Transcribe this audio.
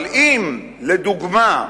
אבל אם, לדוגמה,